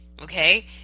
okay